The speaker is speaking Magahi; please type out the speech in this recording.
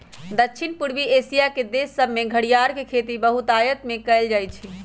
दक्षिण पूर्वी एशिया देश सभमें घरियार के खेती बहुतायत में कएल जाइ छइ